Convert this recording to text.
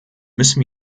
müssen